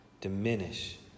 diminish